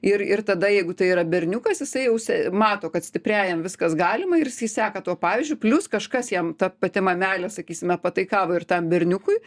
ir ir tada jeigu tai yra berniukas jisai jau se mato kad stipriajam viskas galima ir seka tuo pavyzdžiu plius kažkas jam ta pati mamelė sakysime pataikavo ir tam berniukui